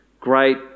great